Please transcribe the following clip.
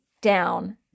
down